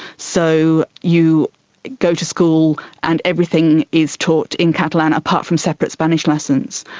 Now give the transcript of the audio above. so you go to school and everything is taught in catalan apart from separate spanish lessons,